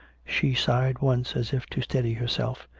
she sighed once as if to steady herself.